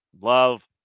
Love